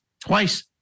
twice